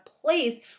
place